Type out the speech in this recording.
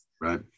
Right